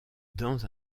dans